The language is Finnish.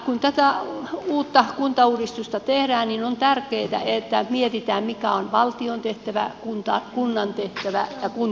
kun tätä uutta kuntauudistusta tehdään on tärkeätä että mietitään mikä on valtion tehtävä kunnan tehtävä ja kuntalaisen vastuu